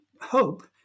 Hope